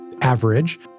average